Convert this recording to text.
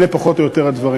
אלה פחות או יותר הדברים.